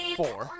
four